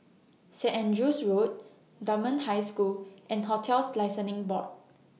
Saint Andrew's Road Dunman High School and hotels Licensing Board